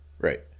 right